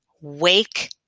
wake